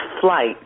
flight